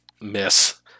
miss